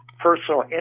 personal